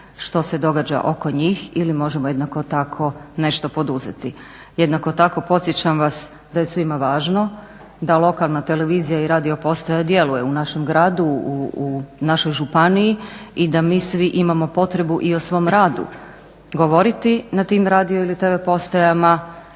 što se događa oko njih ili možemo jednako tako nešto poduzeti. Jednako tako podsjećam vas da je svima važno da lokalna televizija i radio postaja djeluje u našem gradu, u našoj županiji i da mi svi imamo potrebu i o svom radu govoriti na tim radio ili tv postajama